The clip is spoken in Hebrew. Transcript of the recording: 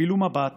תשפילו מבט,